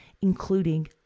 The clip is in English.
including